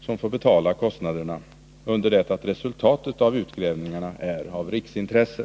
som till sist får betala kostnaderna, under det att resultatet av utgrävningar är av riksintresse.